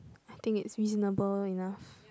I think is reasonable enough